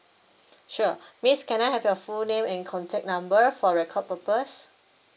sure miss can I have your full name and contact number for record purpose